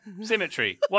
symmetry